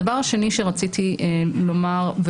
הדבר השני שרציתי לומר,